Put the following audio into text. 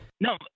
No